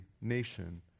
nation